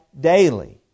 daily